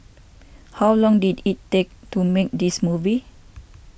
how long did it take to make this movie